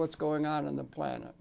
what's going on in the planet